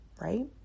right